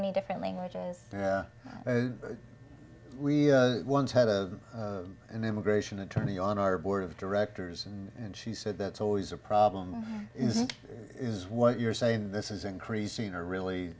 many different languages we once had a an immigration attorney on our board of directors and she said that's always a problem is what you're saying this is increasing a really